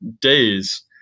days